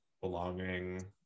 belonging